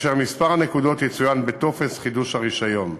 כאשר מספר הנקודות יצוין בטופס חידוש הרישיון.